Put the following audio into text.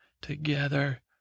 together